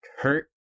hurt